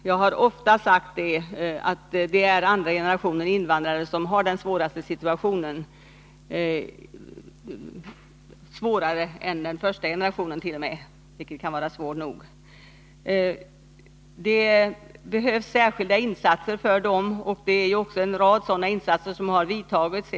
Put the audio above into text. Jag har ofta sagt att det är andra generationen invandrare som har den svåraste situationen, t.o.m. svårare än för den första generationen, vilken kan vara svår nog. Det behövs särskilda insatser för dem, och en rad sådana åtgärder har vidtagits.